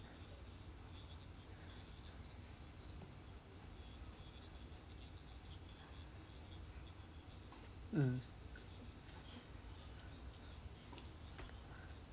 mm